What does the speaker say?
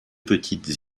petites